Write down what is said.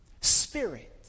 Spirit